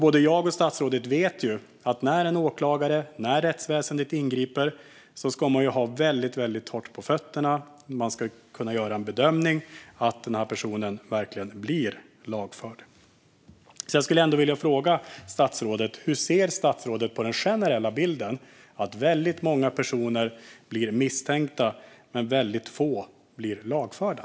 Både jag och statsrådet vet att när en åklagare och rättsväsendet ingriper ska man ha väldigt torrt på fötterna. Man ska kunna göra en bedömning att personen verkligen blir lagförd. Jag skulle därför vilja fråga statsrådet hur han ser på den generella bilden att väldigt många personer blir misstänkta men väldigt få blir lagförda.